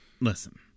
Listen